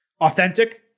authentic